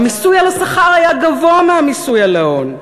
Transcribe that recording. מיסוי השכר היה גבוה ממיסוי ההון,